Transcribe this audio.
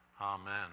Amen